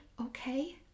Okay